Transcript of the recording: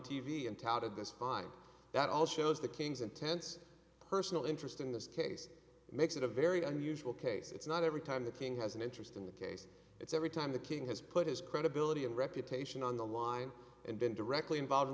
v and touted this five that all shows the king's intense personal interest in this case makes it a very unusual case it's not every time the king has an interest in the case it's every time the king has put his credibility and reputation on the line and been directly involved in